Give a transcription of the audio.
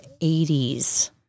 80s